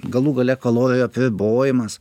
galų gale kalorijų apribojimas